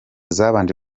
zabanje